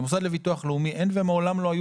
למוסד לביטוח לאומי אין ומעולם לא היו